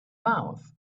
mouth